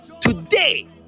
today